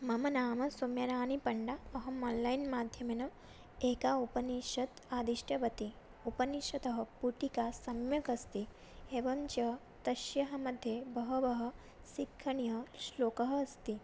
मम नाम सौम्यराणीपण्डा अहम् आन्लैन् माध्यमेन एकाम् उपनिषदम् आदिष्टवती उपनिषदः पुटिका सम्यक् अस्ति एवं च तस्याः मध्ये बहवः शिक्षणीयश्लोकः अस्ति